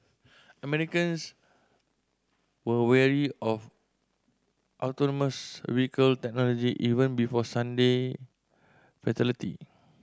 Americans were wary of autonomous vehicle technology even before Sunday fatality